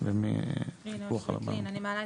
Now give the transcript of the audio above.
אני רוצה להגיד